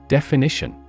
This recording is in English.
Definition